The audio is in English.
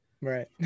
right